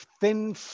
thin